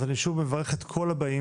אז אני שוב מברך את כל הבאים.